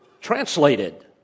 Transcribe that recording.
translated